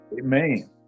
Amen